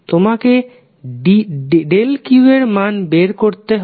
তোমাকে ∆q এর মান বের করতে হবে